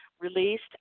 released